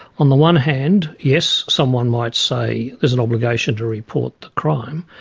on the one hand, yes someone might say there's an obligation to report the crime.